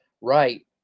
right